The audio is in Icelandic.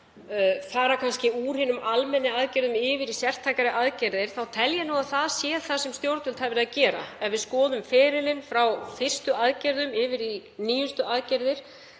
að fara úr hinum almennu aðgerðum yfir í sértækari aðgerðir, þá tel ég að það sé nú það sem stjórnvöld hafi verið að gera. Ef við skoðum ferilinn frá fyrstu aðgerðum yfir í nýjustu aðgerðir